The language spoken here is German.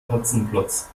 hotzenplotz